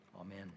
Amen